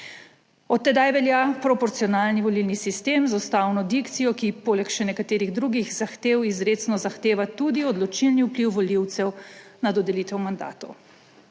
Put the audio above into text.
Od tedaj velja proporcionalni volilni sistem z ustavno dikcijo, ki poleg še nekaterih drugih zahtev izrecno zahteva tudi odločilni vpliv volivcev na dodelitev mandatov.